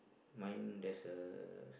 mine there's a